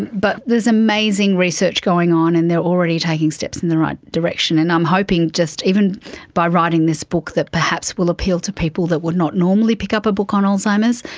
but there's amazing research going on and they are already taking steps in the right direction. and i'm hoping just even by writing this book that perhaps it will appeal to people that would not normally pick up a book on alzheimer's.